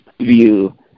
view